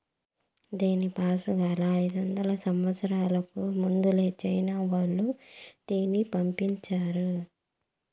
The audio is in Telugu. దీనిపాసుగాలా, అయిదొందల సంవత్సరాలకు ముందలే చైనా వోల్లు టీని పండించారా